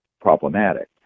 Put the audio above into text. problematic